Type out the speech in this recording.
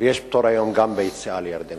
והיום יש פטור גם ביציאה מירדן.